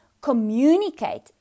communicate